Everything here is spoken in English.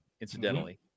incidentally